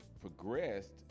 progressed